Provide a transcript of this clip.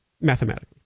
Mathematically